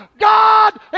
God